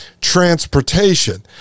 transportation